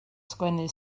sgwennu